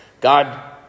God